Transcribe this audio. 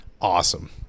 awesome